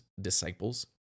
disciples